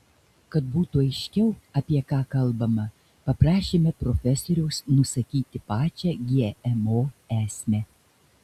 kad būtų aiškiau apie ką kalbama paprašėme profesoriaus nusakyti pačią gmo esmę